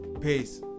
Peace